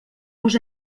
bus